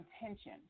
intention